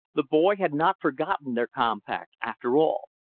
the boy had not forgotten their compact after all.